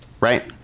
right